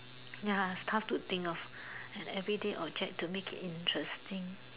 ya it's tough to think of an everyday object to make it interesting